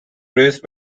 raised